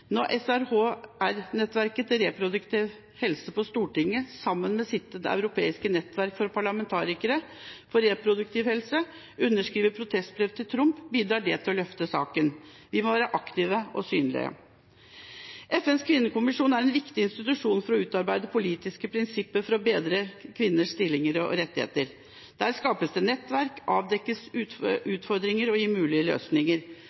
reproduktiv helse på Stortinget sammen med det europeiske nettverket for parlamentarikere for reproduktiv helse underskriver protestbrev til Trump, bidrar det til å løfte saken. Vi må være aktive og synlige. FNs kvinnekommisjon er en viktig institusjon for å utarbeide politiske prinsipper for å bedre kvinners stilling og rettigheter. Der skapes det nettverk, avdekkes utfordringer og gis mulige løsninger.